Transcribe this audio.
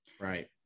Right